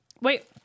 wait